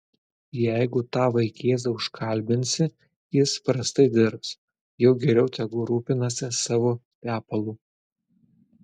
jeigu tą vaikėzą užkalbinsi jis prastai dirbs jau geriau tegu rūpinasi savo tepalu